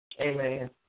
Amen